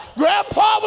grandpa